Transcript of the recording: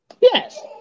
Yes